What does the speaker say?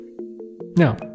Now